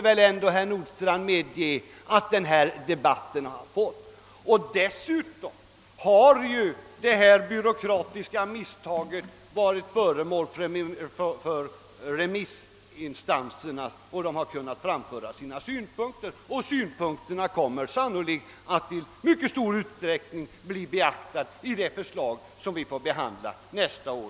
Herr Nordstrandh måste väl ändå medge att den effekten är någonting positivt. Dessutom har detta s.k. byråkratiska misstag varit föremål för behandling av flera remissinstanser som har kunnat framföra sina synpunkter, och dessa kommer sannolikt i mycket stor utsträckning att bli beaktade vid uppgörandet av det förslag som riksdagen får behandla nästa år.